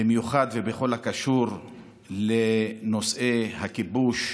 במיוחד בכל הקשור לנושאי הכיבוש,